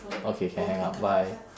okay can hang up bye